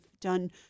done